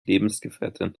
lebensgefährtin